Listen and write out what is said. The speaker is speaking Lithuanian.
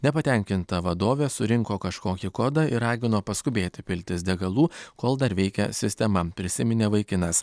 nepatenkinta vadovė surinko kažkokį kodą ir ragino paskubėti piltis degalų kol dar veikia sistema prisiminė vaikinas